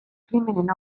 krimenen